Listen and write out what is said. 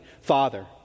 Father